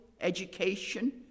education